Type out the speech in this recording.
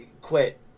quit